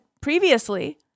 previously